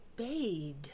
obeyed